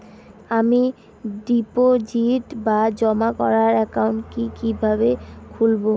আমি ডিপোজিট বা জমা করার একাউন্ট কি কিভাবে খুলবো?